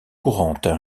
courante